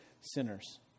sinners